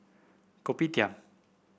Kopitiam